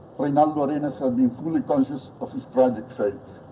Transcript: reinaldo arenas had been fully conscious of his tragic fate.